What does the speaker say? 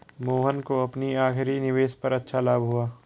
मोहन को अपनी आखिरी निवेश पर अच्छा लाभ हुआ